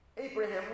Abraham